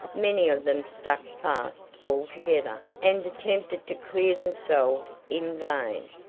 many of them stuck fast altogether, and attempted to clear themselves in vain.